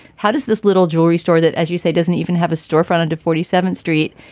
how does this little jewelry store that, as you say, doesn't even have a storefront and to forty seven street,